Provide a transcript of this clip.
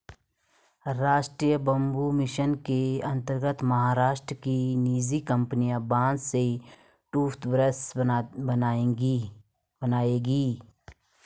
राष्ट्रीय bamboo mission के अंतर्गत महाराष्ट्र की निजी कंपनी बांस से टूथब्रश बनाएगी